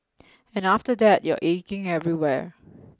and after that you're aching everywhere